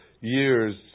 years